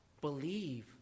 believe